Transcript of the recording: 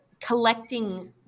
Collecting